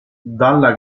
dalla